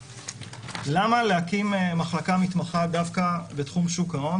למה להקים מחלקה מתמחה דווקא בתחום שוק ההון?